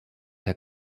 herr